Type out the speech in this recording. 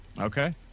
Okay